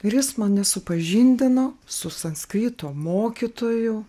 ir jis mane supažindino su sanskrito mokytoju